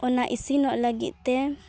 ᱚᱱᱟ ᱤᱥᱤᱱᱚᱜ ᱞᱟᱹᱜᱤᱫ ᱛᱮ